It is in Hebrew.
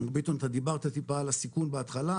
ביטון אתה דיברת טיפה על הסיכון בהתחלה,